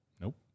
Nope